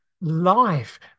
life